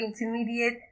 intermediate